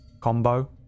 combo